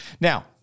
Now